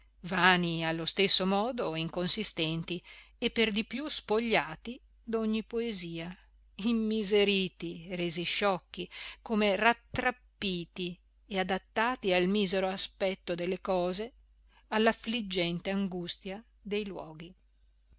vani allo stesso modo e inconsistenti e per di più spogliati d'ogni poesia immiseriti resi sciocchi come rattrappiti e adattati al misero aspetto delle cose all'affliggente angustia dei luoghi